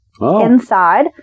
inside